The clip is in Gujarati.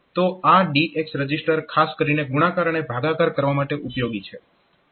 તો આ DX રજીસ્ટર ખાસ કરીને ગુણાકાર અને ભાગાકાર કરવા માટે ઉપયોગી છે